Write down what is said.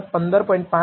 6 છે તે તારણ કાઢશે